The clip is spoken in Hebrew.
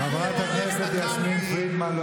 חברת הכנסת יסמין פרידמן,